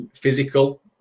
physical